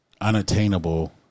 unattainable